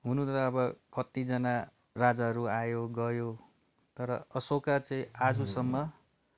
हुनु त अब कत्तिजना राजाहरू आयो गयो तर अशोका चाहिँ आजसम्म